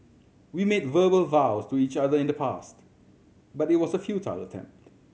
we made verbal vows to each other in the past but it was a futile attempt